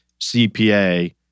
CPA